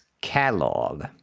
catalog